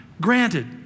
granted